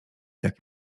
jak